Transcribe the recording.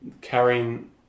carrying